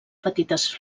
petites